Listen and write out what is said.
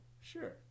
sure